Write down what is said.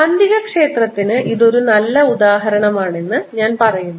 കാന്തികക്ഷേത്രത്തിന് ഇത് ഒരു നല്ല ഉദാഹരണമാണെന്ന് ഞാൻ പറയുന്നു